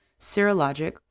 serologic